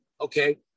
okay